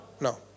No